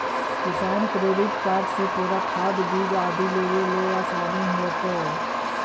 किसान credit card से तोरा खाद, बीज आदि लेवे में आसानी होतउ